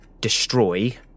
destroy